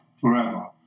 forever